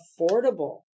affordable